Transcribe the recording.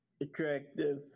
attractive